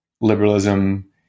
liberalism